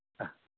हा